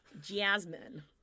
Jasmine